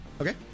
Okay